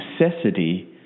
necessity